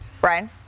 Brian